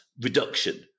reduction